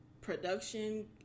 production